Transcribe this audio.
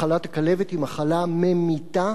מחלת הכלבת היא מחלה ממיתה.